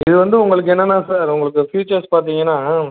இது வந்து உங்களுக்கு என்னென்னா சார் உங்களுக்கு ஃப்யூச்சர்ஸ் பார்த்தீங்கன்னா